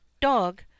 dog